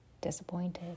disappointed